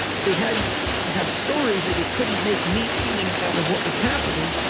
but we had to have stories, or we couldn't make meaning out of what was happening.